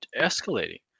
escalating